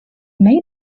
may